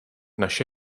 naše